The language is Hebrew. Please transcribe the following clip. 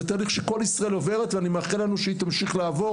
זה תהליך שכל ישראל עוברת ואני מאחל לנו שהיא תמשיך לעבור